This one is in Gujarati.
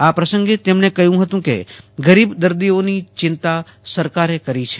આ પ્રસંગે કહ્યું હતું કે ગરીબ દર્દીઓની ચિંતા સરકારે કરી છે